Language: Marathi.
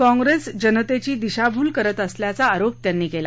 काँग्रेस जनतेची दिशाभूल करत असल्याचा आरोप त्यांनी केला